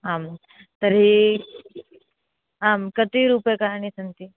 आं तर्हि आं कति रूप्यकाणि सन्ति